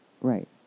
Right